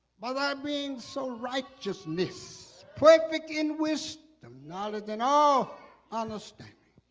but um mean so righteousness perfect in wisdom knowledge then all understanding